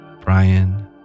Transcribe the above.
Brian